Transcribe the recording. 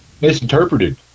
Misinterpreted